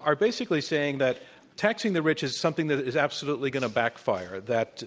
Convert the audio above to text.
are basically saying that taxing the rich is something that is absolutely going to backfire, that